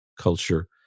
culture